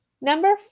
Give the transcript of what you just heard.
number